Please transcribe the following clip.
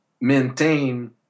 maintain